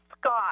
Scott